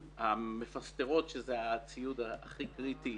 המפסטרות, שזה הציוד הכי קריטי,